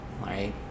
right